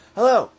Hello